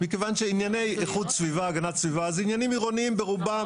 מכיוון שענייני איכות סיבה והגנת הסביבה הם עניינים עירוניים ברובם.